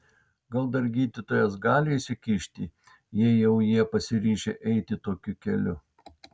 gal dar gydytojas gali įsikišti jei jau jie pasiryžę eiti tokiu keliu